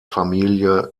familie